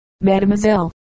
Mademoiselle